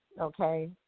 okay